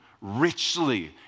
richly